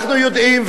אנחנו יודעים,